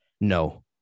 no